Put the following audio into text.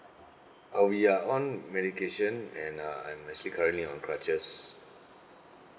oh we're on medication and uh I'm actually currently on crutches